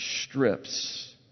strips